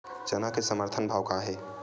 चना के समर्थन भाव का हे?